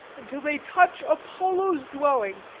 until they touch apollo's dwelling,